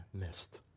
missed